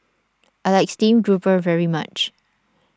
I like Stream Grouper very much